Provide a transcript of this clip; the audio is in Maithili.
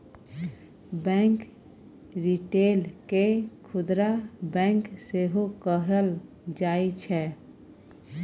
बैंक रिटेल केँ खुदरा बैंक सेहो कहल जाइ छै